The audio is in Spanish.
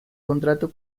contrato